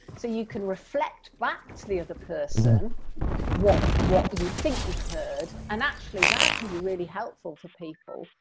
so you can reflect back to the other person what what you think you've heard and actually that can be really helpful for people,